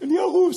אני הרוס,